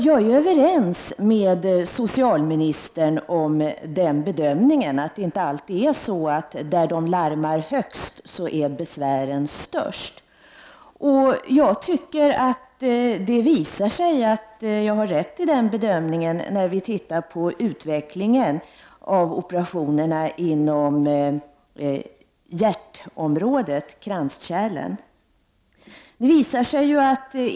Jag är överens med socialministern om den bedömningen — det är inte alltid så att besvären är störst där det larmas högst. Jag tycker att det visar sig att den bedömningen är riktig när man tittar på utvecklingen av kranskärlsoperationerna.